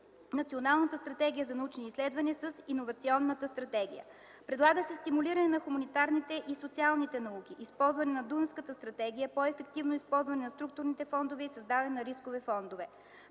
Националната стратегия за научни изследвания да се обедини с Иновационната стратегия. Предлага се стимулиране на хуманитарните и социалните науки, използване на Дунавската стратегия, по-ефективно използване на структурните фондове и създаване на рискови фондове.